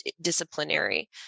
disciplinary